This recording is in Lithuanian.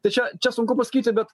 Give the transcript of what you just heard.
tai čia čia sunku pasakyti bet